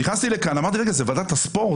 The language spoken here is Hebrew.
נכנסתי לכאן וחשבתי אם זאת ועדת הספורט,